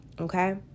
okay